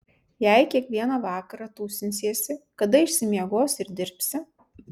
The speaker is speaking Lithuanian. jei kiekvieną vakarą tūsinsiesi kada išsimiegosi ir dirbsi